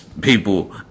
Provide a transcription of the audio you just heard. people